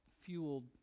fueled